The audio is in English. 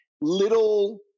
little